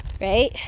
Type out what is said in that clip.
right